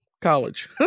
College